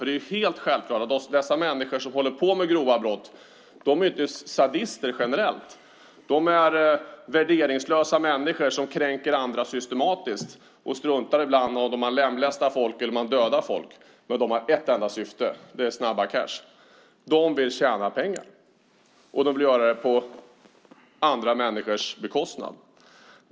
Det är helt självklart att dessa människor som håller på med grova brott inte är sadister generellt. De är värderingslösa människor som kränker andra systematiskt och ibland struntar i om de lemlästar eller dödar folk. De har ett enda syfte - snabba cash. De vill tjäna pengar, och de vill göra det på andra människors bekostnad.